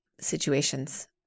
situations